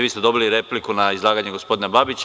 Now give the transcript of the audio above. Vi ste dobili repliku na izlaganje gospodina Babića.